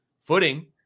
footing